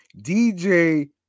DJ